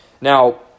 Now